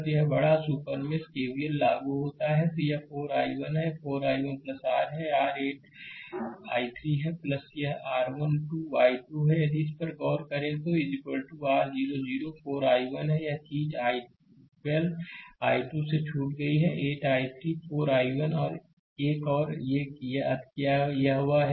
तो यह बड़ा सुपर मेष KVL लागू होता है यह 4 I1 है यह 4 I1 r है यह r 8 I3 है और यह R 12 I2 है यदि इस पर गौर करें तो r 0 0 4 I1 है एक चीज़ 12 I2 से छूट गई है 8 I3 4 I1 एक और एक याद किया है वह यह है